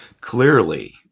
clearly